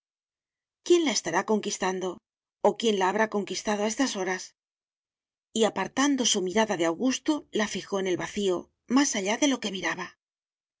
quién la estará conquistando o quién la habrá conquistado a estas horas y apartando su mirada de augusto la fijó en el vacío más allá de lo que miraba